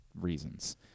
reasons